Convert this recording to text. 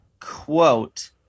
quote